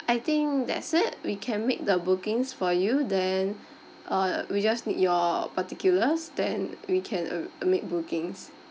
I think that's it we can make the bookings for you then uh we just need your particulars then we can a~ make bookings